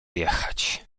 jechać